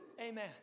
Amen